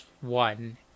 One